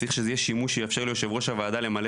צריך שזה יהיה שימוש שיאפשר ליושב ראש הוועדה למלא